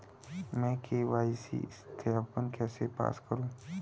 मैं के.वाई.सी सत्यापन कैसे पास करूँ?